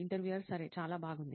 interviewer సరే చాలా బాగుంది